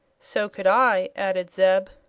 so could i, added zeb.